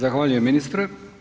Zahvaljujem ministre.